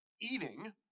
eating